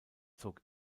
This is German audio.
zog